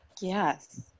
Yes